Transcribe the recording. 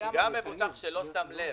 גם מבוטח שלא שם לב